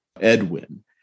Edwin